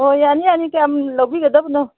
ꯑꯣ ꯌꯥꯅꯤ ꯌꯥꯅꯤ ꯀꯌꯥꯝ ꯂꯧꯕꯤꯒꯗꯕꯅꯣ